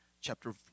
chapter